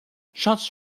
shots